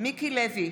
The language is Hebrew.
מיקי לוי,